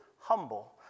humble